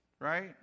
right